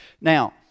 Now